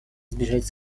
избежать